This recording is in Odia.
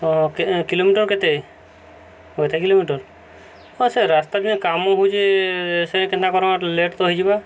ହଁ କିଲୋମିଟର କେତେ ଅଧ କିଲୋମିଟର ହଁ ସେ ରାସ୍ତା ସିନା କାମ ହେଉଛି ସେ କେନ୍ତା କର୍ବା ଲେଟ୍ ତ ହେଇଯିବା